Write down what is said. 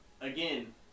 again